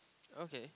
okay